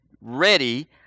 ready